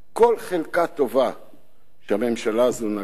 בכל חלקה טובה שהממשלה הזאת נגעה,